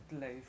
life